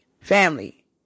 Family